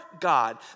God